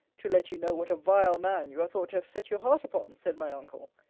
to let you know what a vile man you are thought to have set your heart upon, said my uncle,